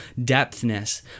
depthness